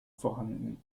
vorhanden